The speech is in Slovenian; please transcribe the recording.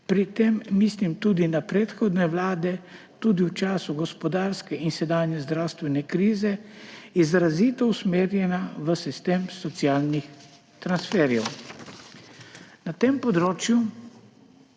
pri tem mislim tudi na predhodne vlade, tudi v času gospodarske in sedanje zdravstvene krize, izrazito usmerjena v sistem socialnih transferjev. Moramo